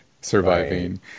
surviving